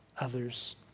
others